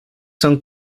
son